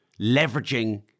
leveraging